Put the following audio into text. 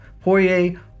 Poirier